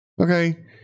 Okay